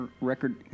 record